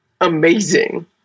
amazing